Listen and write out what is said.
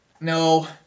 No